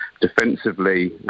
defensively